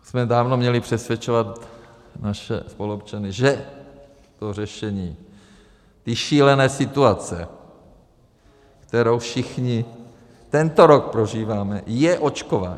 Už jsme dávno měli přesvědčovat naše spoluobčany, že to řešení té šílené situace, kterou všichni tento rok prožíváme, je očkování.